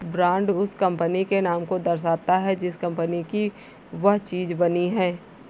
brand उस company के नाम को दर्शाता है जिस कंपनी की वह चीज बनी है